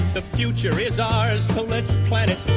the future is ours. let's planets.